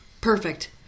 perfect